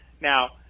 Now